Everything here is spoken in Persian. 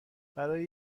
برای